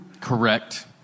correct